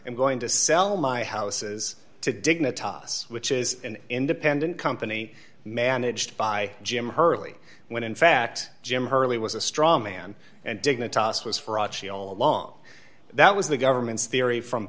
and going to sell my houses to dignitas which is an independent company managed by jim hurley when in fact jim hurley was a straw man and dignitas was for achi all along that was the government's theory from